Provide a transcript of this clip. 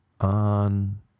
On